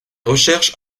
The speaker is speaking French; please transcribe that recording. recherches